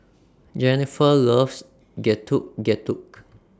Jenifer loves Getuk Getuk